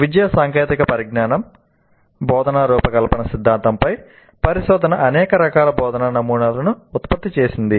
విద్యా సాంకేతిక పరిజ్ఞానం బోధనా రూపకల్పన సిద్ధాంతంపై పరిశోధన అనేక రకాల బోధనా నమూనాలను ఉత్పత్తి చేసింది